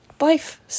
life